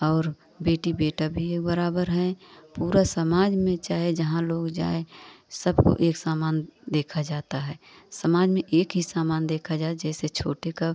और बेटी बेटा भी एक बराबर हैं पूरा समाज में चाहे जहाँ लोग जाएँ सबको एक समान देखा जाता है समाज में एक ही समान देखा जाए जैसे छोटे का